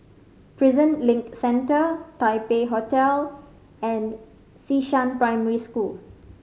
Prison Link Centre Taipei Hotel and Xishan Primary School